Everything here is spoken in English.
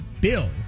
bill